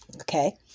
Okay